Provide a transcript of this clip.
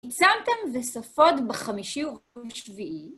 כי צמתם וספוד בחמישי ובשביעי